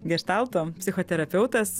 geštalto psichoterapeutas